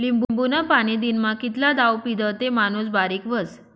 लिंबूनं पाणी दिनमा कितला दाव पीदं ते माणूस बारीक व्हस?